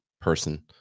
person